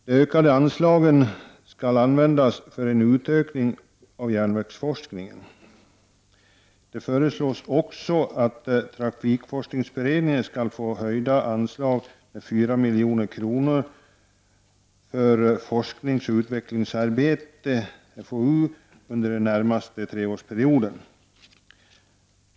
De ökade anslagen skall användas till utökning av järnvägsforskningen. Det föreslås också att trafikforskningsberedningen skall få höjda anslag med 4 milj.kr. för forskningsoch utvecklingsarbete, FOU, under den närmaste treårsperioden.